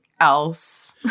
else